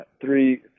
Three